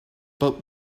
but